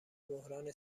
بحران